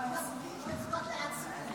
(חובת תרומה של מזון עודף),